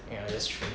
ya that's true